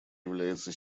является